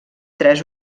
tres